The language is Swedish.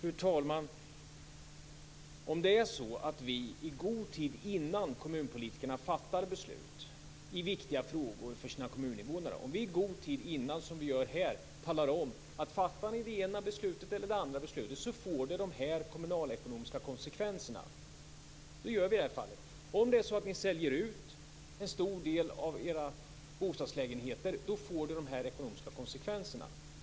Fru talman! Det gäller ju att vi i god tid innan kommunpolitikerna fattar beslut i viktiga frågor för sina kommuninvånare talar om - som vi gör här - att fattar ni det ena eller det andra beslutet, så får det de här kommunalekonomiska konsekvenserna. Det gör vi i det här fallet. Vi säger: Om det är så att ni säljer ut en stor del av era bostadslägenheter, så får det de här ekonomiska konsekvenserna.